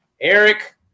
Eric